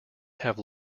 have